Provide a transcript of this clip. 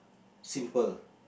simple